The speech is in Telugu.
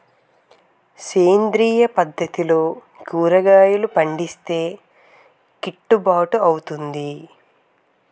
సేంద్రీయ పద్దతిలో కూరగాయలు పండిస్తే కిట్టుబాటు అవుతుందా?